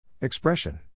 Expression